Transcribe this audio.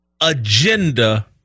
agenda